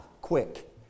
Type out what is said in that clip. quick